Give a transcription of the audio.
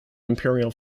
imperial